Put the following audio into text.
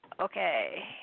Okay